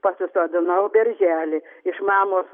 pasisodinau berželį iš mamos